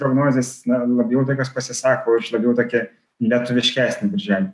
prognozės ne labiau tokios pasisako už labiau tokį lietuviškesnį birželį